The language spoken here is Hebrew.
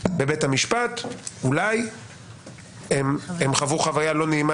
בבית המשפט ואולי חוו חוויה לא נעימה